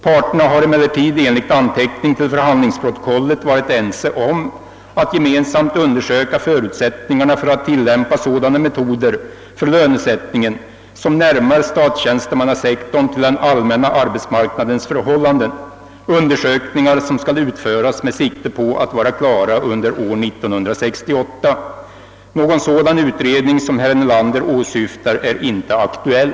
Parterna har emellertid enligt anteckning till förhandlingsprotokollet varit ense om att gemensamt undersöka förutsättningarna för att tillämpa sådana metoder för lönesättningen som närmar statstjänstemannasektorn till den allmänna arbetsmarknadens förhållanden, undersökningar som skall utföras med sikte på att vara klara under år 1968. Någon sådan utredning som herr Nelander åsyftar är inte aktuell.